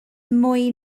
mwy